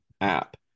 app